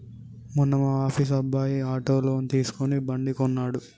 మొన్న మా ఆఫీస్ అబ్బాయి ఆటో లోన్ తీసుకుని బండి కొన్నడు